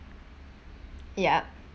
ya